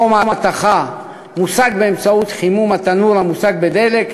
חום ההתכה מושג באמצעות חימום התנור, המוסק בדלק.